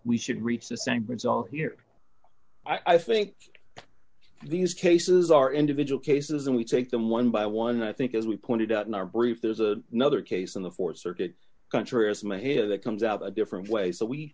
we should reach the same result here i think these cases are individual cases and we take them one by one and i think as we pointed out in our brief there's a nother case in the th circuit country as my head of that comes out a different way so we